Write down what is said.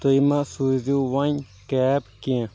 تُہۍ مہ سوٗزو ؤنۍ کیب کینٛہہ